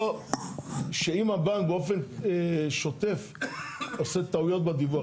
לא, שאם הבנק באופן שוטף עושה טעויות בדיווח.